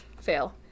Fail